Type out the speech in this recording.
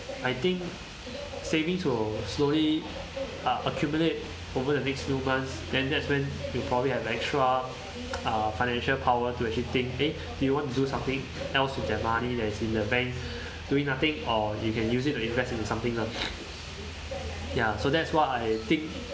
I think savings will slowly uh accumulate over the next few months then that's when you probably have extra uh financial power to actually think eh do you want to do something else with the money that's in the bank doing nothing or you can use it to invest in something lah ya so that's what I think